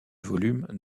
volume